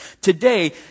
Today